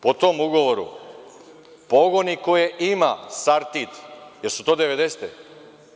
Po tom ugovoru pogoni koje ima „Sartid“, jesu li to 90-e?